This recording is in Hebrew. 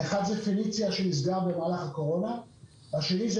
אחד זה פליציה שנסגר במהלך הקורונה והשני זה